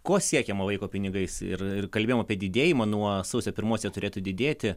ko siekiama vaiko pinigais ir ir kalbėjom apie didėjimą nuo sausio pirmos jie turėtų didėti